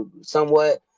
somewhat